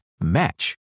match